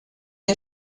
you